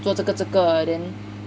做这个这个 then